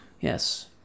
Yes